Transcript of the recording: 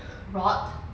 rot